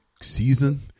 season